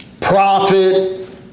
profit